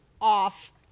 off